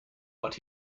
but